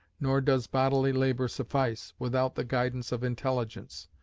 nor does bodily labour suffice, without the guidance of intelligence.